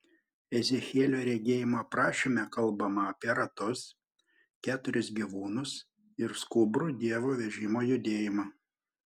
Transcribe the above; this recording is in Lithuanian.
ezechielio regėjimo aprašyme kalbama apie ratus keturis gyvūnus ir skubrų dievo vežimo judėjimą